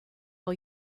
all